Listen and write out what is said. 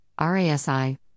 RASI